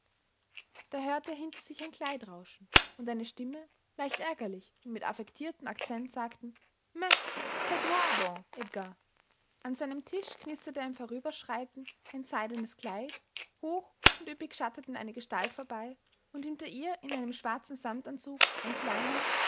da hörte er hinter sich ein kleid rauschen und eine stimme leicht ärgerlich und mit affektiertem akzent sagen mais tais toi donc edgar an seinem tisch knisterte im vorüberschreiten ein seidenes kleid hoch und üppig schattete eine gestalt vorbei und hinter ihr in einem schwarzen samtanzug ein kleiner